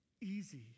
easy